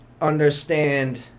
understand